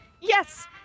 Yes